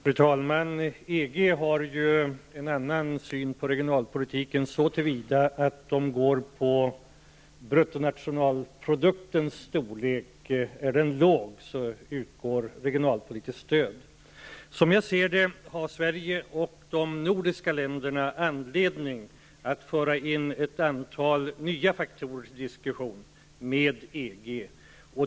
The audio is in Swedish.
Fru talman! EG har en annan syn på regionalpolitiken så till vida att EG går på bruttonationalproduktens storlek. Är bruttonationalprodukten låg utgår regionalpolitiskt stöd. Som jag ser det har Sverige och de andra nordiska länderna anledning att föra in ett antal nya faktorer till diskussion med EG.